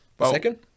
second